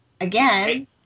again